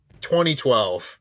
2012